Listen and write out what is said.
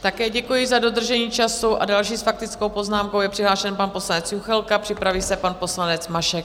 Také děkuji za dodržení času a další s faktickou poznámkou je přihlášen pan poslanec Juchelka, připraví se pan poslanec Mašek.